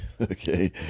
okay